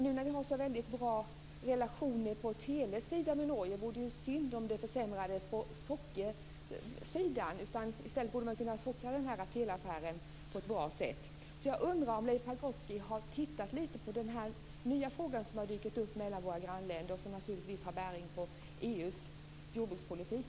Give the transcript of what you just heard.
Nu när vi har så bra relationer på telesidan med Norge, vore det ju synd om de försämrades på sockersidan. Man borde i stället kunna sockra den här teleaffären på ett bra sätt. Jag undrar om Leif Pagrotsky har tittat på den här nya fråga som dykt upp mellan våra länder och som naturligtvis har bäring på EU:s jordbrukspolitik.